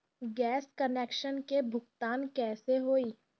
Gas connection के भुगतान कैसे होइ?